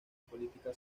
política